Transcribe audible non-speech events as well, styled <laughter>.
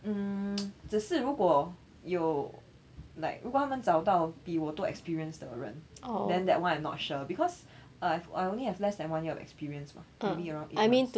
mm <noise> 只是如果有 like 如果他们找到比我多 experience 的人 then that [one] I'm not sure because I've I only have less than one year of experience mah maybe around eight months